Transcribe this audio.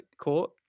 court